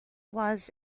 was